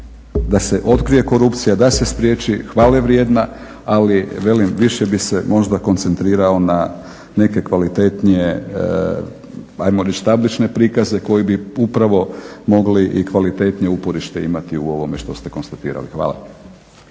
da se otkrije korupcija, da se spriječi je hvale vrijedna, ali velim više bi se možda koncentrirao na neke kvalitetnije ajmo reći tablične prikaze koji bi upravo mogli i kvalitetnije uporište imati u ovome što ste konstatirali. Hvala.